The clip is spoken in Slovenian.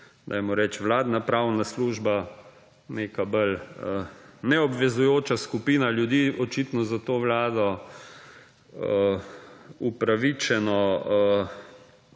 dajmo reči vladna pravna služba neka bolj neobvezujoča skupina ljudi očitno za to Vlado upravičene